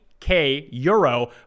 K-Euro